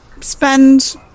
spend